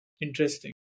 Interesting